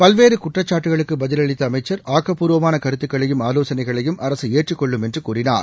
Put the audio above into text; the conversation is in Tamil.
பல்வேறு குற்றச்சாட்டுக்களுக்கு பதிலளித்த அமைச்சர் ஆக்கப்பூர்வமான கருத்துக்களையும் ஆலோசனைகளையும் அரசு ஏற்றுக் கொள்ளும் என்று கூறினார்